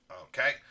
Okay